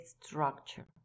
structure